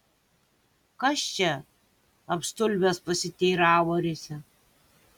kas čia apstulbęs pasiteiravo risią